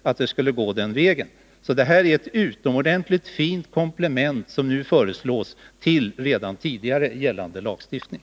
Vad som nu föreslås av utskottet är ett utomordentligt fint komplement till redan gällande lagstiftning.